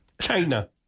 China